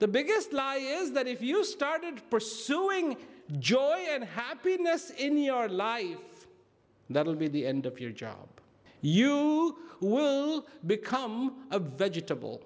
the biggest lie is that if you started pursuing joy and happiness in your life that will be the end of your job you become a vegetable